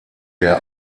der